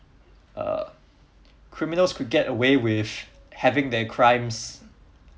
uh criminals could get away with having their crimes